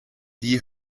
die